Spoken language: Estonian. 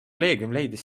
leidis